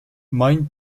main